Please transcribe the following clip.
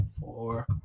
four